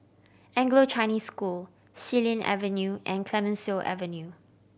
Anglo Chinese School Xilin Avenue and Clemenceau Avenue